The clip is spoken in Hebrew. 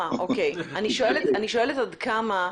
אני שואלת עד כמה,